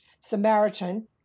Samaritan